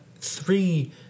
three